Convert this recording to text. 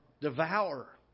Devour